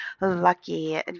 lucky